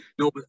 no